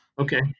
Okay